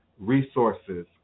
resources